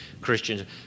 Christians